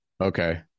Okay